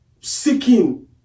seeking